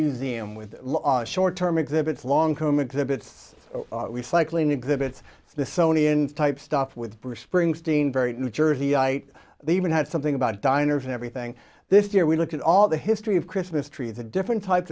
museum with short term exhibits long term exhibits recycling exhibits the sony in type stuff with bruce springsteen very new jerseyites even had something about diners and everything this year we looked at all the history of christmas tree the different types